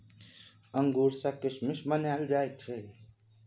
अंगूर सँ किसमिस बनाएल जाइ छै